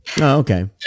okay